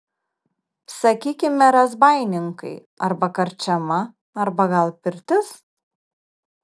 sakykime razbaininkai arba karčiama arba gal pirtis